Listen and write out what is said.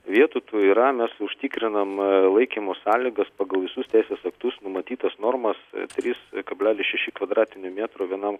vietų tų yra mes užtikrinam laikymo sąlygas pagal visus teisės aktus numatytas normas trys kablelis šeši kvadratinio metro vienam